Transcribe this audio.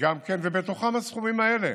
גם כן, ובתוכם הסכומים האלה.